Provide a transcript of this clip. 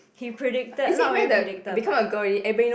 he predicted not really predicted but